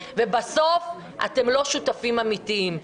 ובסוף אתם לא שותפים אמיתיים.